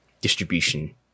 distribution